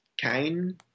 Kane